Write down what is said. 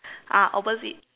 ah opposite